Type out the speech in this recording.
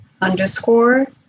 underscore